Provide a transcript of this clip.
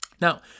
Now